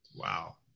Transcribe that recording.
Wow